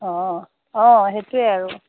অ অ সেইটোৱে আৰু